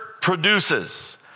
produces